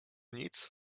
nic